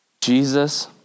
Jesus